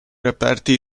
reperti